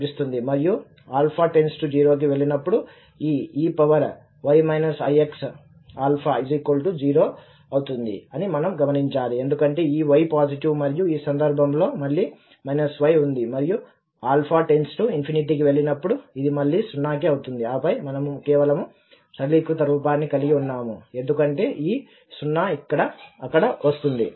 మరియు → 0 కి వెళ్ళినప్పుడు ఈe 0 అవుతుంది అని మనం గమనించాలి ఎందుకంటే ఈ y పాజిటివ్ మరియు ఈ సందర్భంలో మళ్లీ y ఉంది మరియు → కి వెళ్ళినప్పుడు ఇది మళ్లీ 0 కి అవుతుంది ఆపై మనము కేవలం సరళీకృత రూపాన్ని కలిగి ఉన్నాము ఎందుకంటే ఈ 0 అక్కడ వస్తుంది